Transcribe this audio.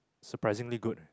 surprisingly good